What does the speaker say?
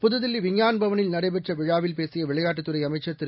புதுதில்லி விஞ்ஞான் பவனில் நடைபெற்ற விழாவில் பேசிய விளையாட்டுத் துறை அமைச்சர் திரு